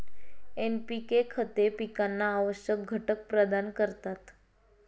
NPK खते पिकांना आवश्यक घटक प्रदान करतात